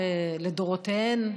לדורותיהן,